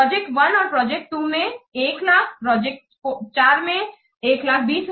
project one और project two में 100000 project 4 में 120000